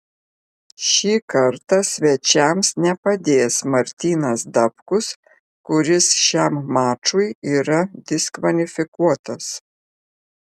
šį kartą svečiams nepadės martynas dapkus kuris šiam mačui yra diskvalifikuotas